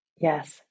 Yes